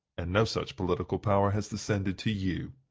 and no such political power has descended to you.